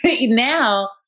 now